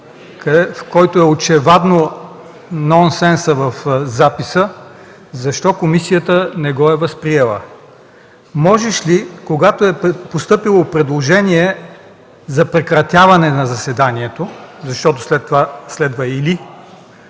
в който е очеваден нонсенсът в записа, защо комисията не го е възприела. Можеш ли, когато е постъпило предложение за прекратяване на заседанието, защото следва „или”,